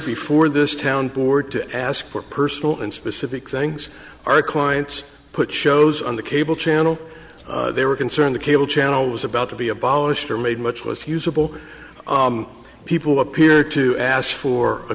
before this town board to ask for personal and specific things our clients put shows on the cable channel they were concerned the cable channel was about to be abolished or made much with fusible people appear to ask for a